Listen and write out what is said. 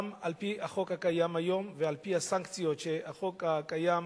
גם על-פי החוק הקיים היום ועל-פי הסנקציות שהחוק הקיים